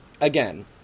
Again